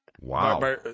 wow